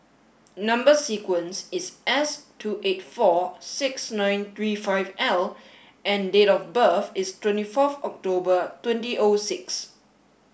number sequence is S two eight four six nine three five L and date of birth is twenty four October two O six